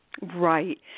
Right